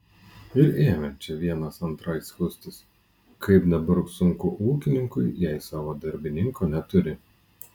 ir ėmė čia vienas antrai skųstis kaip dabar sunku ūkininkui jei savo darbininko neturi